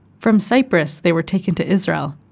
from cyprus they were taken to israel,